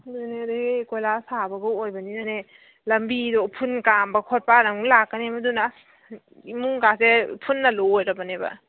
ꯑꯗꯨꯅꯦ ꯑꯗꯒꯤ ꯀꯣꯏꯂꯥꯁ ꯊꯥꯕꯒ ꯑꯣꯏꯕꯅꯤꯅꯅꯦ ꯂꯝꯕꯤꯗꯣ ꯎꯐꯨꯜ ꯀꯥꯝꯕ ꯈꯣꯠꯄꯅ ꯑꯃꯨꯛ ꯂꯥꯛꯀꯅꯦꯕ ꯃꯗꯨꯅ ꯑꯁ ꯏꯃꯨꯡ ꯀꯥꯁꯦ ꯎꯐꯨꯜꯅ ꯂꯣꯏꯔꯕꯅꯦꯕ